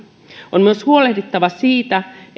on myös huolehdittava siitä